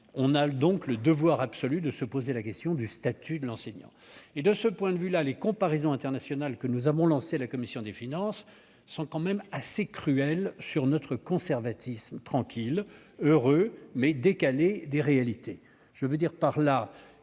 avons donc le devoir absolu de nous poser la question du statut de l'enseignant. De ce point de vue, les comparaisons internationales qu'a lancées la commission des finances sont assez cruelles pour notre conservatisme tranquille et heureux, mais décalé des réalités.